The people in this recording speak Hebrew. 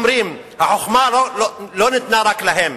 החוכמה לא ניתנה רק להם.